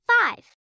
five